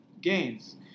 gains